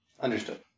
Understood